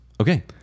Okay